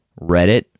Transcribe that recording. Reddit